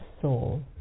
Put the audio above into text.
soul